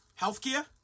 healthcare